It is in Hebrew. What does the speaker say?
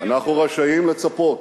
אנחנו רשאים לצפות